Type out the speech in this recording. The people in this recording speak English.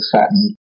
Saturn